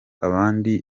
abandi